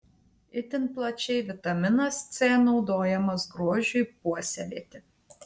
itin plačiai vitaminas c naudojamas grožiui puoselėti